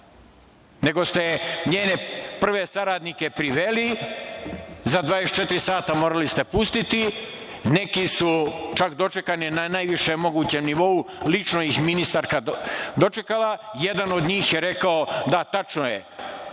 nego ste njene prve saradnike priveli, za 24 sata morali ste ih pustiti, neki su čak dočekani na najvišem mogućem nivou, lično ih ministarka dočekala i jedan od njih je rekao – da, tačno je,